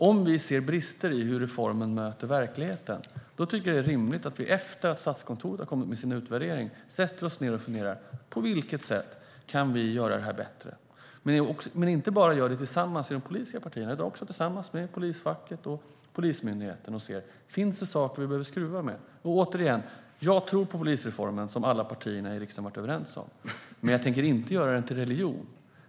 Om vi ser brister i hur reformen möter verkligheten är det rimligt att vi efter att Statskontoret har lagt fram sin utvärdering sätter oss ned och funderar över på vilket sätt vi kan göra arbetet bättre, inte bara tillsammans i de politiska partierna utan även tillsammans med polisfacket och Polismyndigheten. Kan det finnas saker att skruva med? Jag tror på polisreformen, som alla partierna i riksdagen har varit överens om, men jag tänker inte göra den till religion.